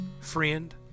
Friend